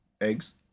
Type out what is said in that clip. Eggs